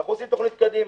אנחנו נותנים תוכנית קדימה,